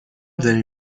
داری